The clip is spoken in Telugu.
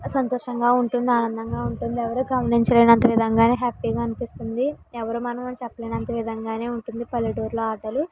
సంతోషంగా ఉంటుంది ఆనందంగా ఉంటుంది ఎవరూ గమనించలేనంత విధంగా హ్యాపీగా అనిపిస్తుంది ఎవరు మనము చెప్పలేనంత విధంగానే ఉంటుంది పల్లెటూర్లో ఆటలు